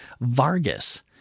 Vargas